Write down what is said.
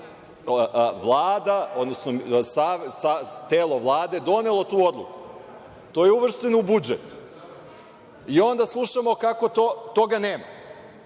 Vlada, odnosno telo Vlade, donelo tu odluku. To je uvršćeno u budžet, i onda slušamo kako toga nema.